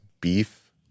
beef